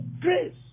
Grace